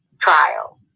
trial